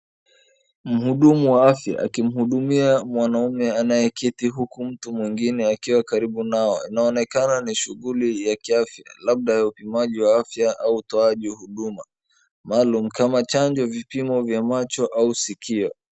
Mhudumu wa afya akimhudumia mwanaume anayeketi uku mtu mwingine akiwa karibu nao. Inaonekana ni shughuli ya kiafya labda ya upimaji wa afya au utoaji huduma maalum kama chanjo, vipimo vya macho au sikio.